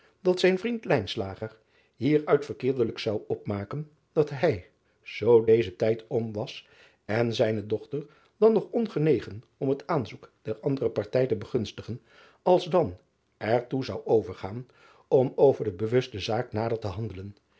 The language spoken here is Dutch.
dat zijn vriend hieruit verkeerdelijk zou opmaken dat hij zoo deze tijd om was en zijne dochter dan nog ongenegen om het aanzoek der andere partij te begunstigen alsdan er toe zou overgaan om over de bewuste zaak nader te handelen